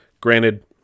Granted